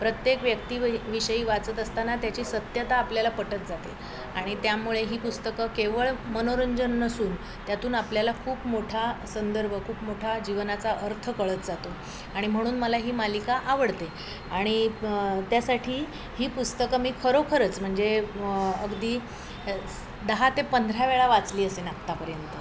प्रत्येक व्यक्ती व विषयी वाचत असताना त्याची सत्यता आपल्याला पटत जाते आणि त्यामुळे ही पुस्तकं केवळ मनोरंजन नसून त्यातून आपल्याला खूप मोठा संदर्भ खूप मोठा जीवनाचा अर्थ कळत जातो आणि म्हणून मला ही मालिका आवडते आणि त्यासाठी ही पुस्तकं मी खरोखरच म्हणजे अगदी दहा ते पंधरा वेळा वाचली असेन आत्तापर्यंत